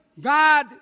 God